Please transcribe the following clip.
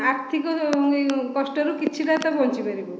ଆର୍ଥିକ କଷ୍ଟରୁ କିଛିଟା ତ ବଞ୍ଚିପାରିବୁ